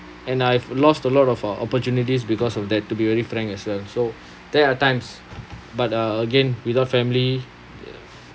and I've lost a lot of uh opportunities because of that to be very frank as well so there are times but uh again without family